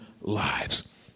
lives